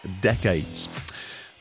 decades